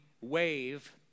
wave